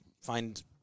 find